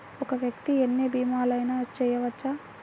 ఒక్క వ్యక్తి ఎన్ని భీమలయినా చేయవచ్చా?